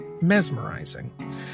mesmerizing